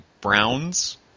Browns